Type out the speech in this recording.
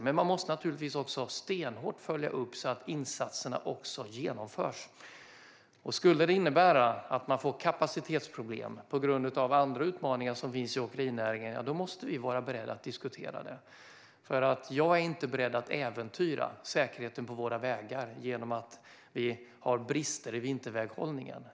Men man måste naturligtvis också stenhårt följa upp så att insatserna också genomförs. Om detta skulle innebära att man får kapacitetsproblem på grund av andra utmaningar som finns i åkerinäringen måste vi vara beredda att diskutera det. Jag är inte beredd att äventyra säkerheten på våra vägar genom att vi har brister i vinterväghållningen.